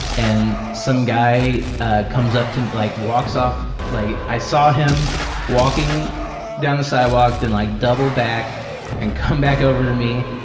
and some guy ah comes up to, like walks off, like i saw him walking down the sidewalk, then like double back and come back over to me,